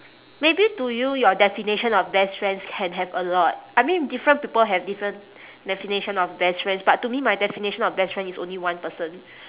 maybe to you your definition of best friends can have a lot I mean different people have different definition of best friends but to me my definition of best friend is only one person